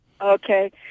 Okay